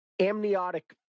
amniotic